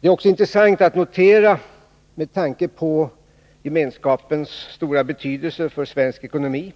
Det är också intressant att notera, med tanke på Gemenskapens stora betydelse för svensk ekonomi,